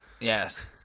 Yes